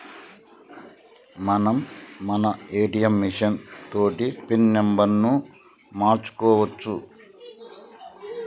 మనం మన ATM machine తోటి పిన్ నెంబర్ను మార్చుకోవచ్చు